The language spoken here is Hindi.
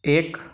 एक